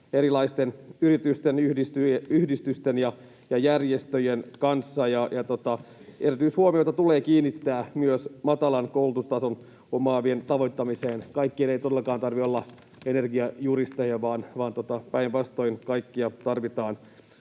erilaisten yritysten, yhdistysten ja järjestöjen kanssa. Erityishuomiota tulee kiinnittää myös matalan koulutustason omaavien tavoittamiseen. Kaikkien ei todellakaan tarvitse olla energiajuristeja, vaan päinvastoin kaikkia tarvitaan